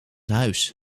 huis